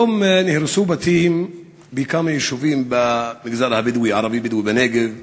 היום נהרסו בתים בכמה יישובים במגזר הערבי-בדואי בנגב.